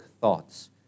thoughts